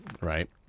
right